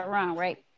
right